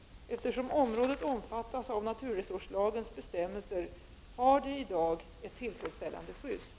Eftersom området omfattas av naturresurslagens bestämmelser har det i dag ett tillfredsställande skydd.